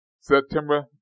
September